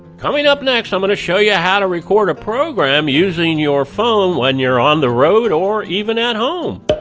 coming up next, i'm going to show you how to record a program using your phone when you're on the road, or even at home.